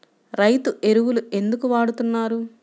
రైతు ఎరువులు ఎందుకు వాడుతున్నారు?